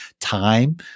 time